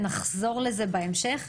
נחזור לזה בהמשך.